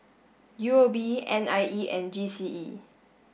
U O B N I E and G C E